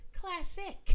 classic